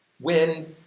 when,